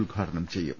ഉദ്ഘാ ടനം ചെയ്യും